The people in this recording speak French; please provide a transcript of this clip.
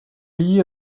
lié